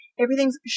everything's